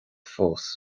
fós